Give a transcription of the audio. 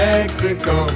Mexico